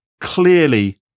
clearly